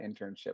internship